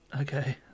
Okay